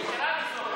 יתרה מזו,